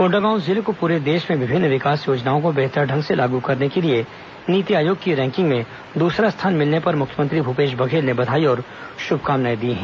कोण्डागांव जिले को पूरे देश में विभिन्न विकास योजनाओं को बेहतर ढंग से लागू करने के लिए नीति आयोग की रैकिंग में दूसरा स्थान मिलने पर मुख्यमंत्री भूपेश बघेल ने बधाई और शुभकामनाएं दी है